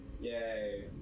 Yay